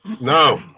No